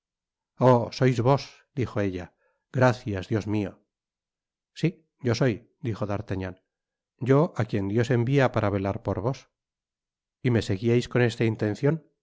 sois vos dijo ella gracias dios mio sí yo soy dijo d'artagnan yo á quien dios envía para velar por vos y me seguíais con esta intencion le